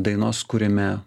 dainos kurime